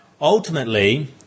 ultimately